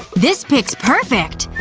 this pic's perfect.